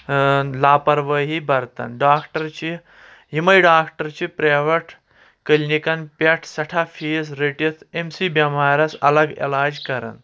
لاپروٲہی برتان ڈاکٹر چھِ یِمے ڈاکٹر چھِ پریوَٹ کلِنِکن پؠٹھ سؠٹھاہ فیٖس رٔٹِتھ أمسٕے بؠمارس الگ علاج کران